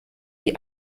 die